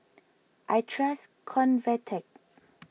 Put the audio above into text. I trust Convatec